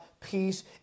peace